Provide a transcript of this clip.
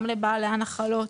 גם לבעלי הנחלות.